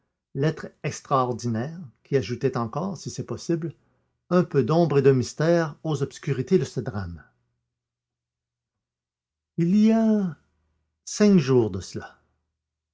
lettre extraordinaire qui ajoutait encore si c'est possible un peu d'ombre et de mystère aux obscurités de ce drame il y a cinq jours de cela